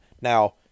Now